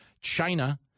China